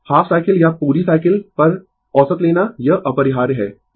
half cycle या पूरी cycle पर औसत लेना यह अपरिहार्य है